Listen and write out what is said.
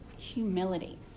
Humility